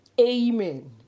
Amen